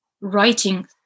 writing